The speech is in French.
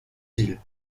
ville